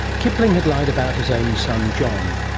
kipling had lied about his own son, john.